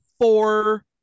four